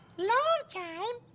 long time,